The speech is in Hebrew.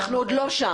אנחנו עוד לא שם.